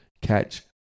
catch